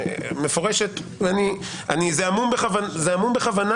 זה עמום בכוונה